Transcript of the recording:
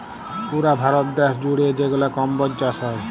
পুরা ভারত দ্যাশ জুইড়ে যেগলা কম্বজ চাষ হ্যয়